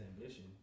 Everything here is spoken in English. ambition